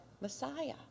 Messiah